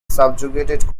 subjugated